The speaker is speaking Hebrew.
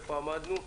איפה עמדנו.